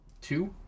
Two